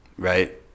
Right